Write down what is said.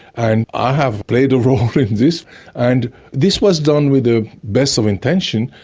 and i have played a role in this and this was done with the best of intention.